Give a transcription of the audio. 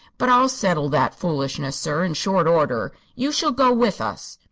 but i'll settle that foolishness, sir, in short order. you shall go with us.